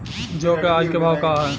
जौ क आज के भाव का ह?